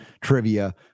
trivia